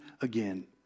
again